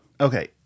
Okay